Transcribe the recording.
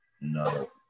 No